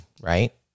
right